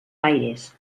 aires